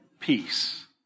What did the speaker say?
Peace